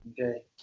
Okay